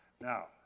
Now